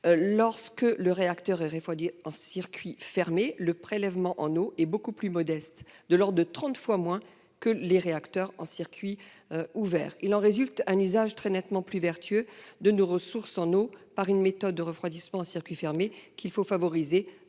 Lorsque le réacteur est refroidi en circuit fermé, le prélèvement en eau est beaucoup plus modeste, de l'ordre de trente fois moins que dans le système précédent. Il en découle un usage nettement plus vertueux de nos ressources en eau. C'est donc cette méthode de refroidissement en circuit fermé qu'il faut favoriser